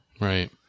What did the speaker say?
right